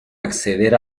acceder